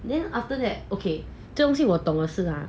then after that okay 这东西我懂的是啊